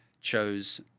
chose